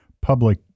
public